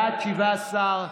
בעד, 17,